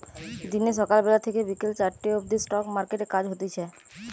দিনে সকাল বেলা থেকে বিকেল চারটে অবদি স্টক মার্কেটে কাজ হতিছে